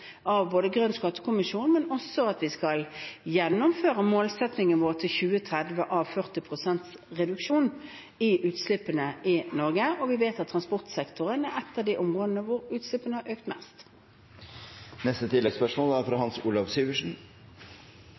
Grønn skattekommisjon, men vi skal også gjennomføre vår målsetting til 2030 om 40 pst. reduksjon i utslippene i Norge. Vi vet at transportsektoren er ett av de områdene hvor utslippene har økt mest.